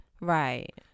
Right